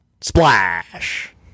Splash